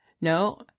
No